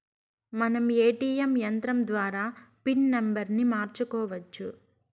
మనం ఏ.టీ.యం యంత్రం ద్వారా పిన్ నంబర్ని మార్చుకోవచ్చు